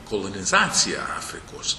kolonizacija afrikos